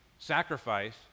sacrifice